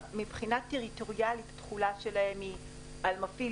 מבחינה טריטוריאלית התחולה שלהם היא על מפעיל